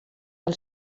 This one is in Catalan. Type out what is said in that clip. pel